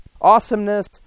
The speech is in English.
awesomeness